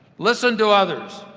listen to others.